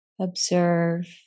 Observe